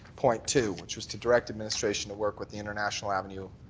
point two which was to direct administration to work with the international avenue,